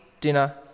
dinner